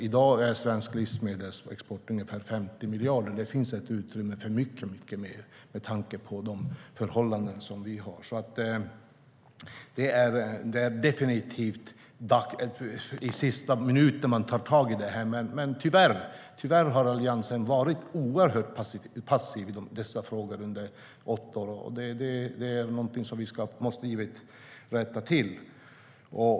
I dag är svensk livsmedelsexport ungefär 50 miljarder, och det finns ett utrymme för mycket mer med tanke på de förhållanden som vi har. Det är alltså i sista minuten som man tar tag i detta. Men tyvärr har Alliansen varit oerhört passiv i dessa frågor under åtta år. Det är någonting som vi måste rätta till.